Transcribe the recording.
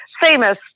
famous